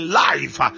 life